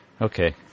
Okay